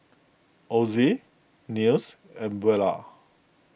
Ozie Nils and Buelah